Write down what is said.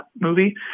movie